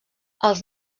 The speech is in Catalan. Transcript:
els